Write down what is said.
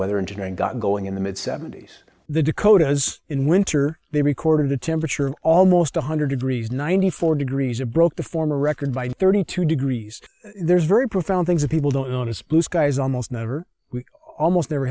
weather engineering got going in the mid seventy's the dakotas in winter they recorded the temperature almost one hundred degrees ninety four degrees or broke the former record by thirty two degrees there's very profound things that people don't notice blue skies almost never we almost never